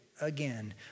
again